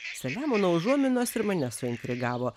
selemono užuominos ir mane suintrigavo